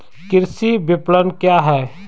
कृषि विपणन क्या है?